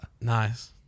Nice